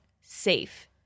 safe